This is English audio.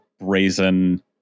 brazen